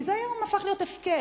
כי זה היום הפך להיות הפקר,